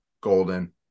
golden